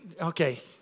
okay